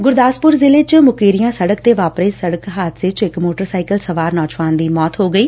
ਗੁਰਦਾਸਪੁਰ ਜ਼ਿਲ੍ਹੇ ਚ ਮੁਕੇਰੀਆ ਸੜਕ ਤੇ ਵਾਪਰੇ ਹਾਦਸੇ ਚ ਇਕ ਮੋਟਰ ਸਾਇਕਲ ਸਵਾਰ ਨੌਜਵਾਨ ਦੀ ਮੌਤ ਹੋ ਗਈ